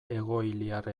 egoiliar